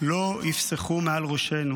לא יפסחו מעל ראשינו.